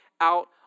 out